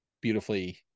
beautifully